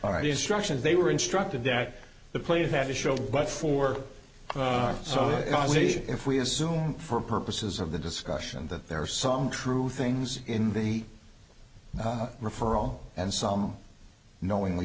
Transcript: already instructions they were instructed that the plaintiff had to show but for so if we assume for purposes of the discussion that there are some true things in the referral and some knowingly